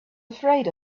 afraid